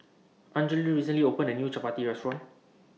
Anjali recently opened A New Chapati Restaurant